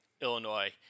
Illinois